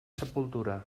sepultura